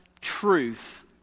truth